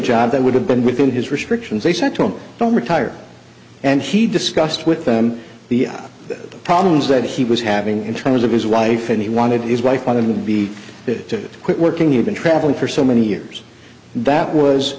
job that would have been within his restrictions they said to him don't retire and he discussed with them the problems that he was having in terms of his wife and he wanted his wife wanted to be there to quit working you've been traveling for so many years that was